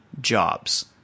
jobs